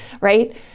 right